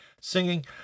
singing